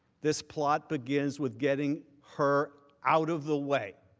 this plot begins with getting her out of the way.